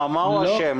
מה הוא אשם?